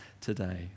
today